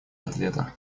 ответа